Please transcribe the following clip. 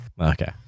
Okay